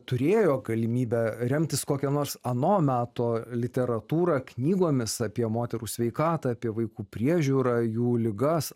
turėjo galimybę remtis kokia nors ano meto literatūra knygomis apie moterų sveikatą apie vaikų priežiūrą jų ligas